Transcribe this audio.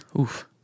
Oof